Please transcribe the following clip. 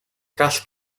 gall